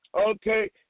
okay